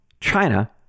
China